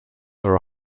are